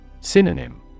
Synonym